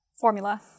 formula